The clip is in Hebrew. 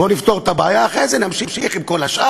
בואו נפתור את הבעיה, ואחרי זה נמשיך עם כל השאר.